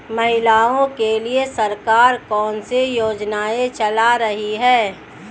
महिलाओं के लिए सरकार कौन सी योजनाएं चला रही है?